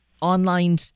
online